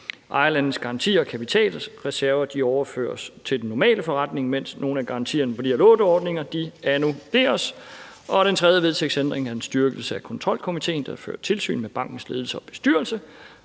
Ejerlandenes garantier og kapitalreserver overføres til den normale forretning, mens nogle af garantierne for de her låneordninger annulleres. Den tredje vedtægtsændring er en styrkelse af kontrolkomiteen, der fører tilsyn med bankens ledelse og bestyrelse.